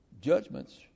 judgments